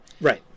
Right